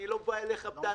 אני לא בא אליך בטענות.